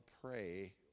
pray